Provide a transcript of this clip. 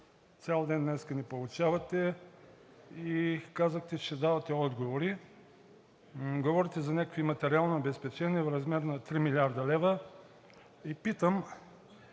цял ден днес ни поучавате и казахте, че ще давате отговори, говорите за някакви материални обезпечения в размер на 3 млрд. лв. Питам: